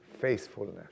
faithfulness